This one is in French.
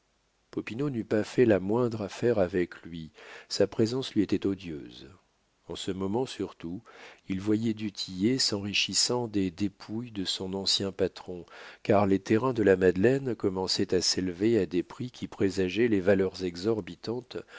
n'eût pas fait la moindre affaire avec lui sa présence lui était odieuse en ce moment surtout il voyait du tillet s'enrichissant des dépouilles de son ancien patron car les terrains de la madeleine commençaient à s'élever à des prix qui présageaient les valeurs exorbitantes